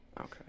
Okay